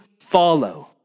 follow